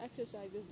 exercises